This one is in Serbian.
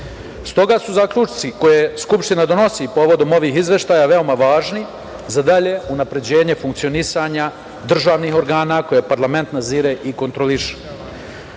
imamo. Stoga su zaključci koje Skupština donosi povodom ovih izveštaja veoma važni za dalje unapređenje funkcionisanja državnih organa koje parlament nadzire i kontroliše. Takođe,